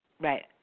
Right